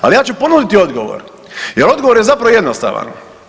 Ali ja ću ponuditi odgovor, jer odgovor je zapravo jednostavan.